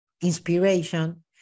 inspiration